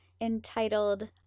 entitled